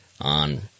on